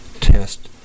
test